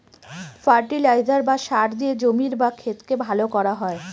fertiliser বা সার দিয়ে জমির বা ক্ষেতকে ভালো করা হয়